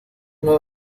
nueva